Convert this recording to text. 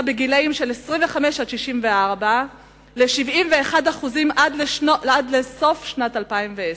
בגילים של 25 64 ל-71% עד לסוף שנת 2010,